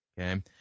Okay